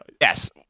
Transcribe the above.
Yes